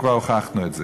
וכבר הוכחנו את זה.